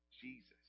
Jesus